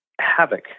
havoc